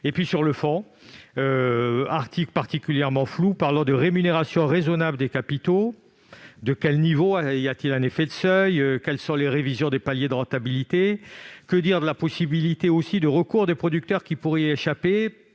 ! Sur le fond, cet article est particulièrement flou. Il évoque la « rémunération raisonnable des capitaux », mais quel est ce niveau ? Y a-t-il un effet de seuil ? Quelles sont les révisions des paliers de rentabilité ? Que dire de la possibilité de recours des producteurs qui pourraient y échapper,